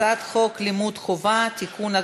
הצעת חוק לימוד חובה (תיקון,